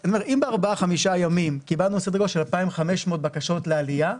אם בארבעה-חמישה ימים קיבלנו סדר-גודל של 2,500 בקשות לעלייה,